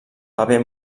paper